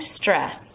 stress